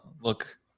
look